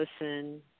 listen